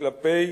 כלפי